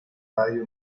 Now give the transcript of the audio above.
radio